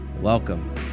Welcome